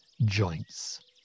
joints